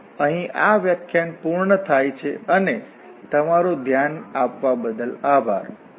તો આ વ્યાખ્યાન પૂર્ણ થાય છે અને તમારું ધ્યાન બદલ આભાર